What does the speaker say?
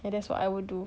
and that's what I will do